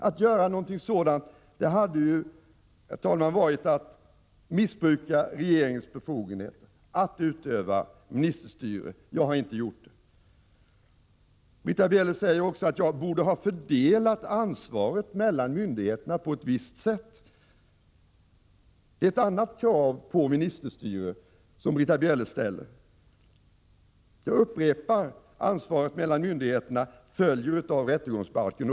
Att göra något sådant, herr talman, hade varit att missbruka regeringens befogenheter. Det hade varit att utöva ministerstyre — jag har inte gjort det. Britta Bjelle säger också att jag borde ha fördelat ansvaret mellan myndigheterna på ett visst sätt. Det är ett annat krav på ministerstyre som Britta Bjelle ställer. Jag upprepar att ansvaret mellan myndigheterna följer av rättegångsbalken.